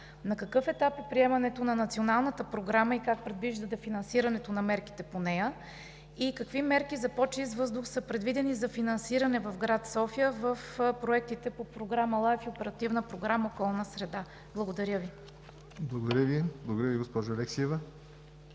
на какъв етап е приемането на Националната програма и как предвиждате финансирането на мерките по нея? И какви мерки за по чист въздух са предвидени за финансиране в град София в проектите по Програма LIFE и Оперативна програма „Околна среда 2014 – 2020 г.“? Благодаря Ви.